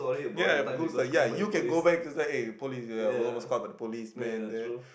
ya because like ya you can go back just like eh police here almost got caught by the policeman there